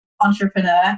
entrepreneur